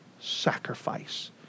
sacrifice